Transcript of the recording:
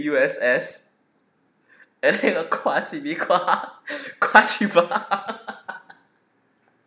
U_S_S I think